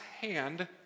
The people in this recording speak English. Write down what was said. hand